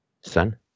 son